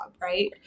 right